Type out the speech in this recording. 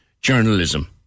journalism